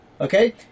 Okay